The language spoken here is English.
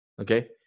Okay